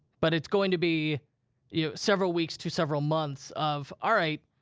but it's going to be yeah several weeks to several months of, all right,